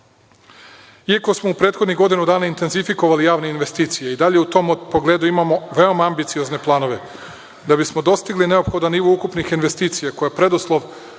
smo u prethodnih godinu dana intenzifikovali javne investicije, i dalje u tom pogledu imamo veoma ambiciozne planove. Da bismo dostigli neophodan nivo ukupnih investicija koje su preduslov